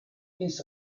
ins